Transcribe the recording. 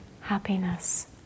happiness